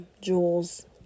jewels